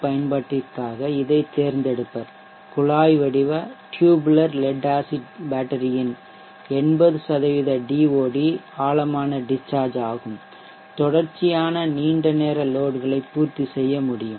பயன்பாட்டிற்காக இதைத் தேர்ந்தெடுப்பர் குழாய்வடிவ டியூபுலர் லெட் ஆசிட் பேட்டரியின் 80 டிஓடி ஆழமான டிஷ்சார்ஜ் தொடர்ச்சியான நீண்ட நேர லோட் களை பூர்த்தி செய்ய முடியும்